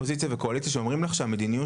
אופוזיציה וקואליציה שאומרים לך שהמדיניות